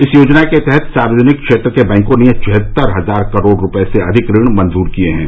इस योजना के तहत सार्वजनिक क्षेत्र के बैंकों ने छिहत्तर हजार करोड़ रूपये से अधिक ऋण मंजूर किये गये हैं